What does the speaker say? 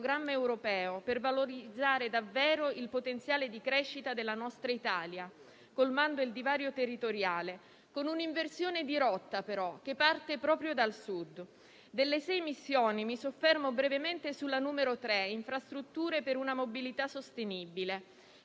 europeo, per valorizzare davvero il potenziale di crescita della nostra Italia, colmando il divario territoriale con un'inversione di rotta, però, che parte proprio dal Sud. Delle sei missioni mi soffermo brevemente sulla numero 3 (Infrastrutture per una mobilità sostenibile)